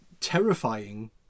terrifying